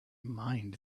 mind